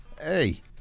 Hey